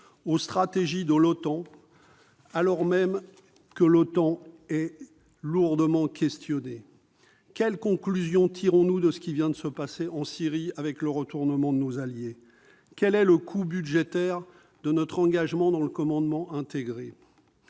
d'emploi des forces, alors même que l'Organisation est fortement remise en question. Quelles conclusions tirons-nous de ce qui vient de se passer en Syrie, avec le retournement de nos alliés ? Quel est le coût budgétaire de notre engagement dans le commandement intégré ?